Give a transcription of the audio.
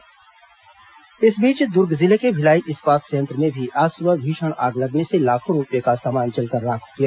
BSP आग इस बीच दुर्ग जिले के भिलाई इस्पात संयंत्र में भी आज सुबह भीषण आग लगने से लाखों रूपये का सामान जलकर राख हो गया